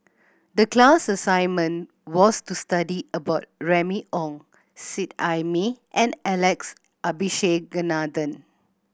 the class assignment was to study about Remy Ong Seet Ai Mee and Alex Abisheganaden